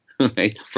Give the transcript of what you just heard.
Okay